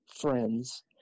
friends